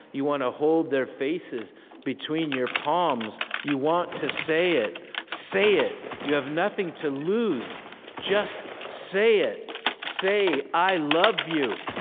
you want to hold their faces between your palms, you want to say it say it, you have nothing to lose just say it say i love you.